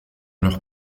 leur